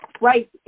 Right